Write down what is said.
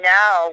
now